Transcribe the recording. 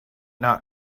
not